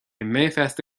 mayfest